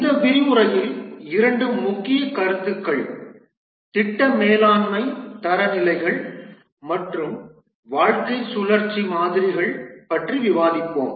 இந்த விரிவுரையில் 2 முக்கிய கருத்துக்கள் திட்ட மேலாண்மை தரநிலைகள் மற்றும் வாழ்க்கை சுழற்சி மாதிரிகள் பற்றி விவாதிப்போம்